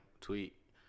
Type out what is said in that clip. tweet